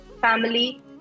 family